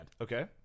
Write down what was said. Okay